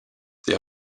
they